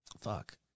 Fuck